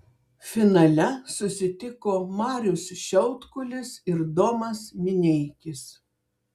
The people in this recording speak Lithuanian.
finale susitiko marius šiaudkulis ir domas mineikis